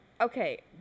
okay